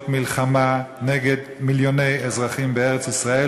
מלחמה נגד מיליוני אזרחים בארץ-ישראל,